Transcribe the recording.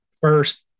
first